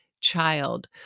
child